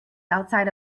outside